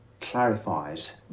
clarifies